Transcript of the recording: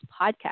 podcast